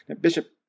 Bishop